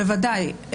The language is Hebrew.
בוודאי.